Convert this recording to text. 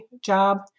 job